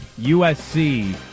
USC